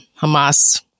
Hamas